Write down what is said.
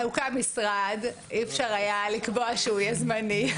הוקם משרד, ואי אפשר היה לקבוע שהוא יהיה זמני.